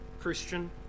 Christian